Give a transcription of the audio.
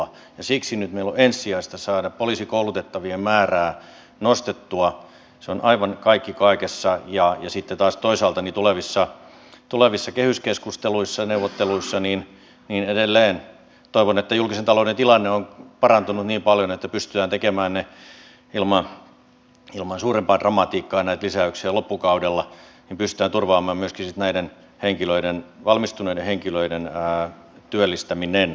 siksi meillä on nyt ensisijaista saada poliisikoulutettavien määrää nostettua se on aivan kaikki kaikessa ja sitten taas edelleen toivon että toisaalta tulevissa kehysneuvotteluissa toivon että julkisen talouden tilanne on parantunut niin paljon pystytään tekemään ilman suurempaa dramatiikkaa näitä lisäyksiä loppukaudella niin että pystytään turvaamaan sitten myöskin näiden valmistuneiden henkilöiden työllistäminen